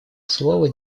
слово